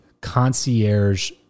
concierge